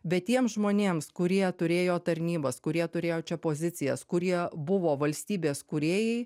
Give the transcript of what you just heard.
bet tiems žmonėms kurie turėjo tarnybas kurie turėjo čia pozicijas kurie buvo valstybės kūrėjai